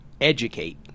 educate